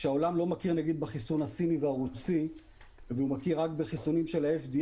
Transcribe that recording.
שהעולם לא מכיר נגיד בחיסון הסיני והרוסי והוא מכיר רק בחיסונים של ה-FDA